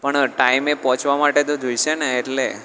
પણ ટાઈમે પહોંચવા માટે તો જોઈશે ને એટલે